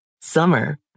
Summer